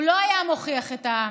הוא לא היה מוכיח את העם.